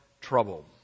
trouble